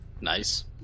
Nice